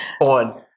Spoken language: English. on